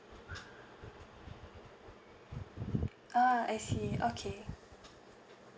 ah I see okay